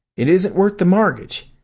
it isn't worth the mortgage.